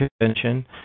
convention